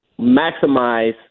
maximize